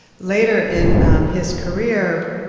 later in his career,